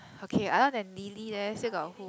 okay other than Lily leh still got who